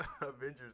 avengers